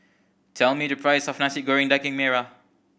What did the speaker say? tell me the price of Nasi Goreng Daging Merah